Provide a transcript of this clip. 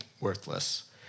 worthless